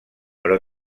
però